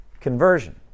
conversion